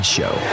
Show